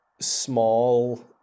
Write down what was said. small